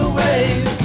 ways